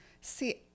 see